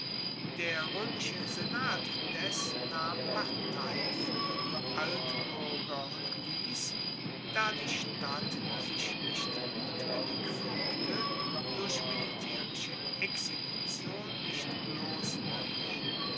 der roemische senat indes nahm partei fuer die altbuerger und liess da die stadt sich nicht gutwillig fuegte durch militaerische exekution nicht bloss die